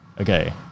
okay